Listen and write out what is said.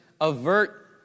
avert